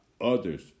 others